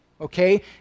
okay